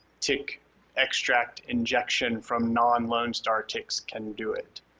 tick extract injection from non-lone star ticks can do it.